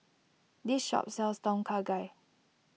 this shop sells Tom Kha Gai